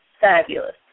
fabulous